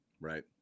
Right